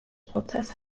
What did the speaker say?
prozess